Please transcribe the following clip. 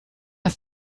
das